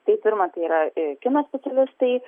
tai pirma tai yra kino specialistai